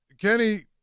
Kenny